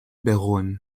beruhen